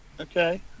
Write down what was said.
Okay